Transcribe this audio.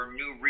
new